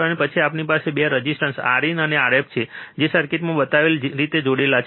અને પછી આપણી પાસે 2 રેઝિસ્ટર Rin અને Rf છે જે સર્કિટમાં બતાવેલ રીતે જોડાયેલા છે